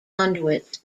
conduits